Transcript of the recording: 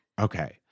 Okay